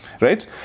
right